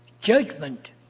Judgment